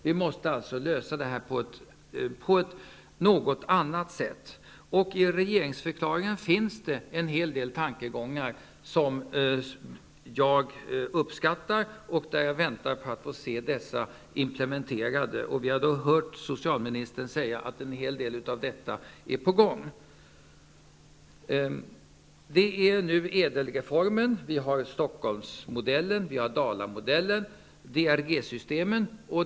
Vi måste lösa det på något annat sätt. I regeringsförklaringen finns en hel del tankegångar som jag uppskattar, och jag väntar på att få se dessa implementerade. Vi har hört socialministern säga att en hel del av detta är på gång. Vi har Ädel-reformen, Stockholmsmodellen, Dalamodellen och DRG-systemen.